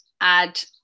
add